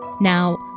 Now